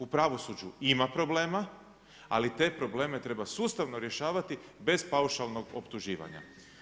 U pravosuđu ima problema, ali te probleme treba sustavno rješavati bez paušalnog optuživanja.